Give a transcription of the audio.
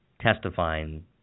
testifying